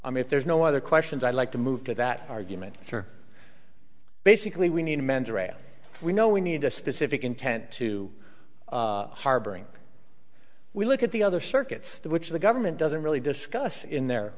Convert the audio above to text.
i mean if there's no other questions i'd like to move to that argument basically we need a man derail we know we need a specific intent to harboring we look at the other circuits which the government doesn't really discuss in their